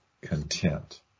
content